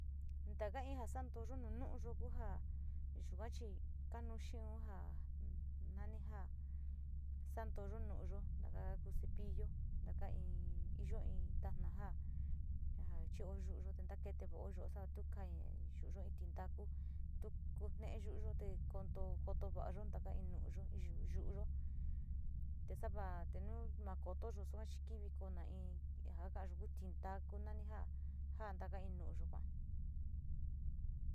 Ndaka inka xandu yúu nó nuu yó nja yukachi kanuu xhionja uun nani njá xandunuu nuyuu, ndaka cepillo ndaka iin, iin yuu iin, najan najan chío yúu yó xandakete nuu yuó xatukaí he yuu tindakú kuu ne'e yuu yó té kondo kondo va'a yo'ó ndaka hí nuu yú yuu yó, texava tenuu nakoto yuu xhua chikivii kona iin jaka yuu kuu tín takunani njá, njan ndaka iin noyuu kuán.